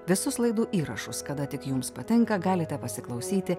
visus laidų įrašus kada tik jums patinka galite pasiklausyti